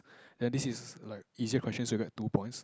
then this is like easier questions you get two points